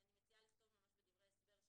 אני מציעה לכתוב בדברי ההסבר,